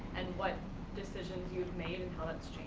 and what decisions you've made